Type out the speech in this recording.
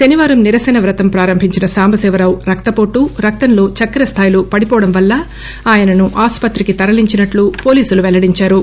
శనివారం నిరసన వ్రతం ప్రారంభించిన సాంబశివరావు రక్తహోటు రక్తంలో చక్కెర స్థాయిలు పడిపోవడం వల్ల ఆయనను ఆసుపత్రికి తరలించినట్లు పోలీసులు పెల్లడించారు